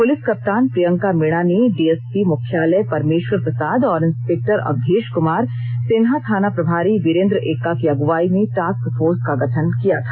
police कप्तान प्रियंका मीणा ने DSP मुख्यालय परमेश्वर प्रसाद और इस्पेक्टर अवधेश कुमार सेन्हा थाना प्रभारी वीरेंद्र एक्का की अगुवाई मेँ टास्क फोर्स का गठन किया था